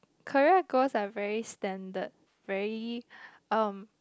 career goals are very standard very um